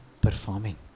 performing